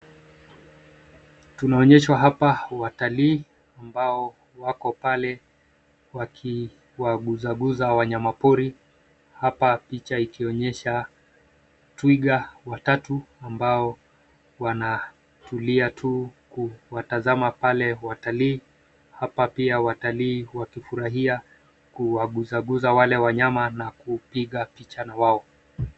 Tunaonyeshwa hapa watalii, ambao wako pale wakiwaguzaguza wanyamapori. Hapa picha ikionyesha twiga watatu, ambao wanatulia tu, kuwatazama pale watalii. Hapa pia watalii wakifurahia, kuwaguzaguza wale wanyama na kupiga picha na wao.